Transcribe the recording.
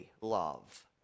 love